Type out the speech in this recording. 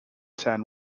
san